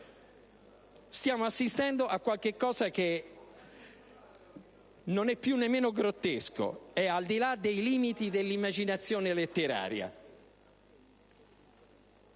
Stiamo assistendo a qualcosa che non è più nemmeno grottesca, perché è al di là dei limiti dell'immaginazione letteraria.